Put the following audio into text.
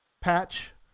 patch